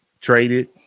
traded